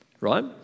right